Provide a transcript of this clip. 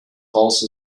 false